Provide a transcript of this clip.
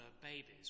babies